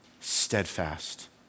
steadfast